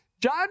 John